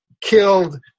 killed